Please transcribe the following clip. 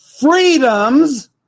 freedoms